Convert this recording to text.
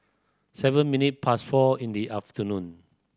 seven minute past four in the afternoon